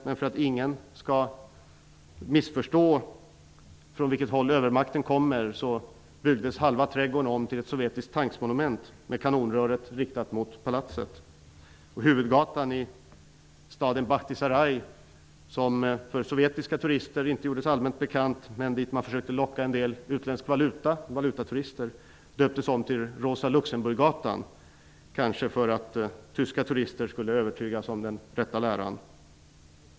Men för att inte någon skulle missförstå från vilket håll övermakten kom byggdes halva trädgården till ett sovjetiskt tankmonument, med kanonröret riktat mot palatset. Huvudgatan i staden Bachtisaraj -- som för sovjetiska turister inte gjordes allmänt bekant, men dit man försökte locka en del utländska valutaturister -- döptes om till Rosa Luxemburggatan, kanske för att tyska turister skulle övertygas om den rätta läran.